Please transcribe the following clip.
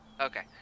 Okay